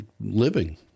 living